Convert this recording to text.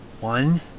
One